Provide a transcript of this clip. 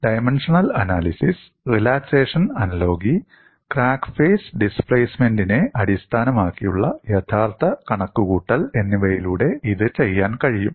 dimensional analysis relaxation analogy crack face ഡിസ്പ്ലേസ്മെൻറിനെ അടിസ്ഥാനമാക്കിയുള്ള യഥാർത്ഥ കണക്കുകൂട്ടൽ എന്നിവയിലൂടെ ഇത് ചെയ്യാൻ കഴിയും